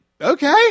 okay